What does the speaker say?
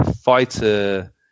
fighter